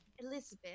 Elizabeth